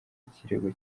ikirego